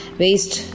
waste